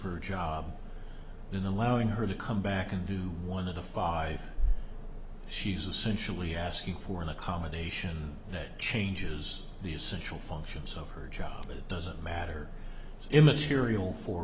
her job in the allowing her to come back and do one of the five she's a sensually asking for an accommodation that changes the essential functions of her job it doesn't matter immaterial for